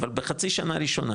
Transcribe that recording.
אבל בחצי שנה הראשונה,